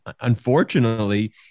unfortunately